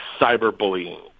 cyberbullying